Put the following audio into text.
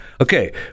Okay